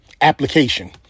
application